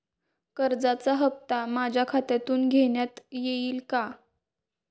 कर्जाचा हप्ता माझ्या खात्यातून घेण्यात येईल का?